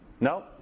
No